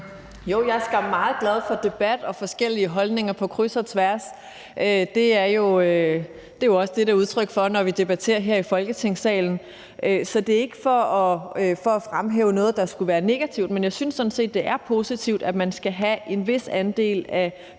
Jo, jeg er skam meget glad for debat og forskellige holdninger på kryds og tværs. Det er jo også det, det er udtryk for, når vi debatterer her i Folketingssalen. Så det er ikke for at fremhæve noget, der skulle være negativt, men jeg synes sådan set, det er positivt, at man skal have en vis andel af